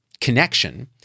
connection